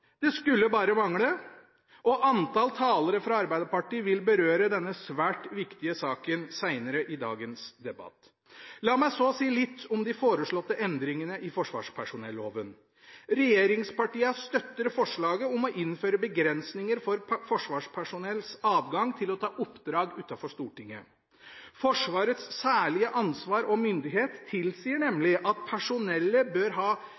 Det skulle bare mangle. Andre talere fra Arbeiderpartiet vil berøre denne svært viktige saken senere i dagens debatt. La meg så si litt om de foreslåtte endringene i forsvarspersonelloven. Regjeringspartiene støtter forslaget om å innføre begrensninger for forsvarspersonells adgang til å ta oppdrag utenfor Forsvaret. Forsvarets særlige ansvar og myndighet tilsier nemlig at personellet bør ha